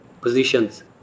positions